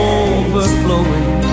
overflowing